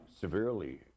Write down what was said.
severely